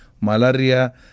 malaria